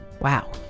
Wow